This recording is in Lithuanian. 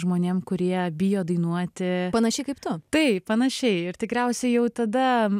žmonėm kurie bijo dainuoti panašiai kaip tu taip panašiai ir tikriausiai tada